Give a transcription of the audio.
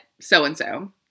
so-and-so